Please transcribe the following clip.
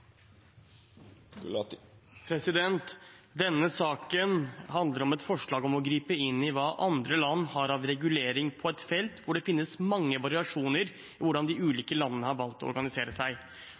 Denne saken handler om et forslag om å gripe inn i hva andre land har av regulering på et felt der det finnes mange variasjoner i hvordan de ulike landene har valgt å organisere seg.